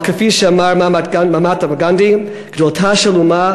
אבל כפי שאמר מהטמה גנדי: גדולתה של אומה